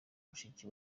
mushiki